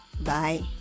Bye